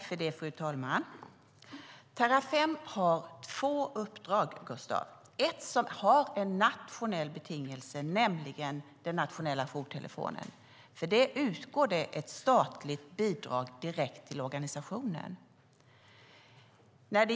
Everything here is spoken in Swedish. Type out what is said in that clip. Fru talman! Terrafem har två uppdrag, Gustav! Ett av dem har en nationell betingelse, nämligen den nationella jourtelefonen. För det utgår ett statligt bidrag direkt till organisationen.